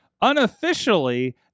unofficially